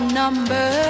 number